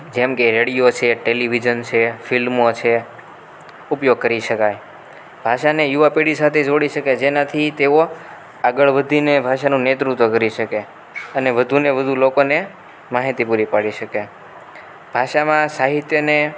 જેમકે રેડિયો છે ટેલિવિઝન છે ફિલ્મો છે ઉપયોગ કરી શકાય ભાષાને યુવા પેઢી સાથે જોડી શકાય જેનાથી તેઓ આગળ વધીને ભાષાનું નેતૃત્ત્વ કરી શકે અને વધુને વધુ લોકોને માહિતી પૂરી પાડી શકે ભાષામાં સાહિત્યને